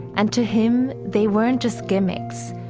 and to him they weren't just gimmicks.